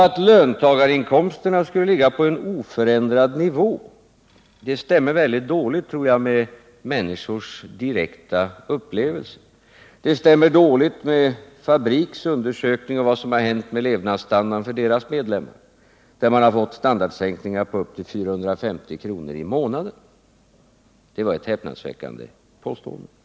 Att löntagarinkomsterna skulle ligga på en oförändrad nivå stämmer väldigt dåligt med människors direkta upplevelser. Det stämmer dåligt med Fabriks undersökning av vad som hänt med levnadsstandarden för dess medlemmar. De har fått standardsänkningar på upp till 450 kr. i månaden. Det var ett häpnadsväckande påstående, herr Mundebo.